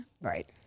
Right